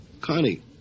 Connie